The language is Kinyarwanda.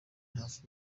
hafi